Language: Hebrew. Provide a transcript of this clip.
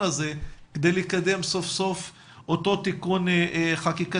הזה כדי לקדם סוף סוף את אותו תיקון חקיקתי,